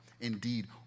Indeed